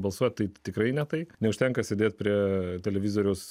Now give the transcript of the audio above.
balsuoti tai tikrai ne tai neužtenka sėdėti prie televizoriaus